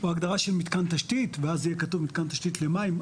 או הגדרה של מתקן תשתית ואז יהיה כתוב מתקן תשתית למים.